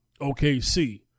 OKC